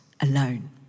alone